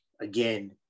again